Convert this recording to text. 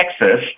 Texas